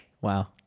Wow